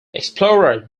explorer